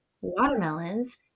watermelons